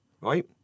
Right